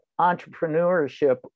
entrepreneurship